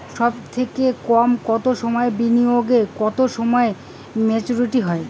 সবথেকে কম কতো সময়ের বিনিয়োগে কতো সময়ে মেচুরিটি হয়?